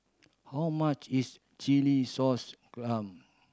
how much is chilli sauce clam